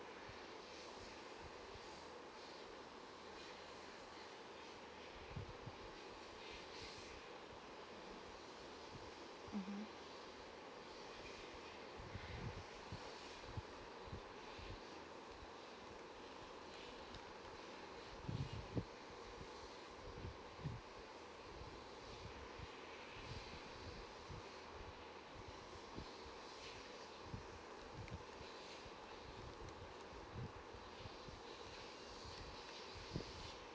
mmhmm